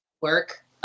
work